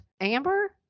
Amber